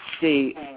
See